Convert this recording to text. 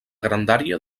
grandària